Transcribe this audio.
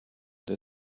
the